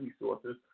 resources